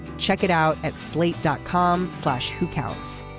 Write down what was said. check it out at slate dot com slash who counts.